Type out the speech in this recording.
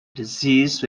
disease